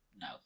No